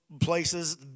places